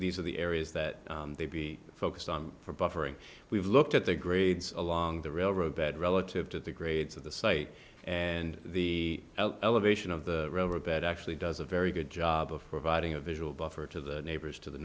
these are the areas that they be focused on for buffering we've looked at the grades along the railroad bed relative to the grades of the site and the elevation of the riverbed actually does a very good job of providing a visual buffer to the neighbors to the